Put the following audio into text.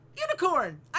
Unicorn